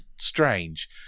strange